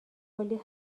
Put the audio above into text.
کلی